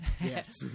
Yes